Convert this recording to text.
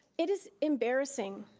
it is embarrassing.